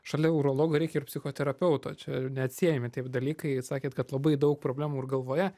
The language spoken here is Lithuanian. šalia urologo reikia ir psichoterapeuto čia neatsiejami taip dalykai sakėt kad labai daug problemų ir galvoje